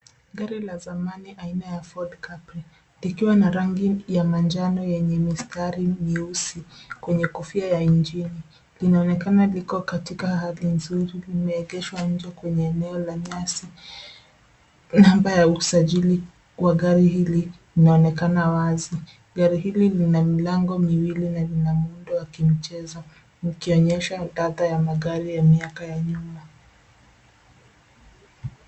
Gari la zamani aina ya Ford capri likiwa na rangi ya manjano yenye mistari mieusi kwenye kofia ya injini. Linaonekana liko katika hali nzuri. Limeegeshwa nje kwenye eneo la nyasi. Namba ya usajiri wa gari hili unaonekana wazi. Gari hili lina milango miwili na lina muundo wa kimichezo ukionyesha ladha ya magari ya miaka ya nyuma.